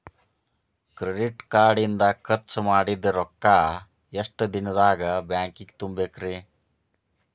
Credit card ಇಂದ್ ಖರ್ಚ್ ಮಾಡಿದ್ ರೊಕ್ಕಾ ಎಷ್ಟ ದಿನದಾಗ್ ಬ್ಯಾಂಕಿಗೆ ತುಂಬೇಕ್ರಿ?